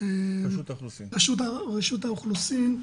לרשות האוכלוסין.